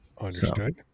Understood